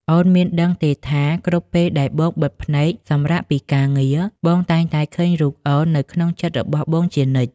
អូនមានដឹងទេថា គ្រប់ពេលដែលបងបិទភ្នែកសម្រាកពីការងារ បងតែងតែឃើញរូបអូននៅក្នុងចិត្តរបស់បងជានិច្ច?